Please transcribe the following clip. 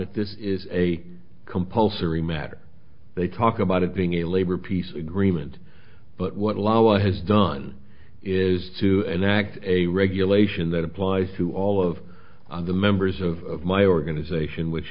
it this is a compulsory matter they talk about it being a labor peace agreement but what lala has done is to enact a regulation that applies to all of the members of my organization which